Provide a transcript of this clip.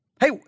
Hey